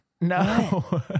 No